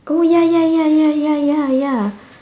oh ya ya ya ya ya ya ya